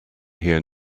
here